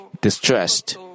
distressed